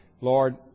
Lord